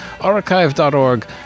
archive.org